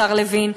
השר לוין,